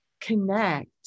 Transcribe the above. connect